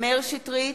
מאיר שטרית,